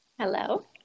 Hello